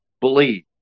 believe